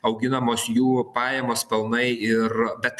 auginamos jų pajamos pelnai ir bet